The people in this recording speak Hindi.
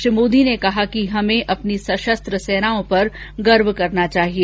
श्री मोदी ने कहा कि हमें अपनी सशस्त्र सेनाओं पर गर्व करना चाहिए